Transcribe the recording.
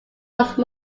once